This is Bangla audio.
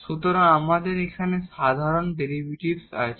সুতরাং আমাদের এখানে সাধারণ ডেরিভেটিভস আছে